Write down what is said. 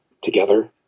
together